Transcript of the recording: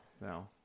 no